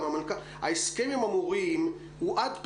גם המנכ"ל ההסכם עם המורים הוא עד פסח,